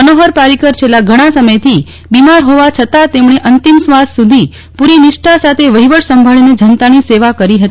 મનોહર પારીકર છેલ્લા ઘણા સમયથી બીમાર હોવા છતાં તેમને અંતિમ શ્વાસ સુધી પૂરી નિષ્ઠા સાથે વહીવટ સંભાળીને જનતાની સેવા કરી હતી